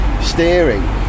steering